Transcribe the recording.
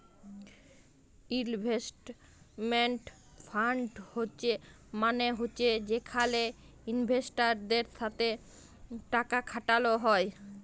investment fund মালে হছে যেখালে ইলভেস্টারদের সাথে টাকা খাটাল হ্যয়